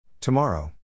Tomorrow